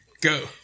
Go